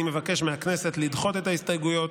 אני מבקש מהכנסת לדחות את ההסתייגויות